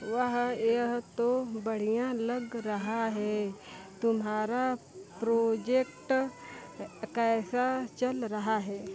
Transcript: वाह यह तो बढ़िया लग रहा है तुम्हारा प्रोजेक्ट कैसा चल रहा है